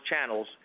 channels